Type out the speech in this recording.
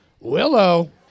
Willow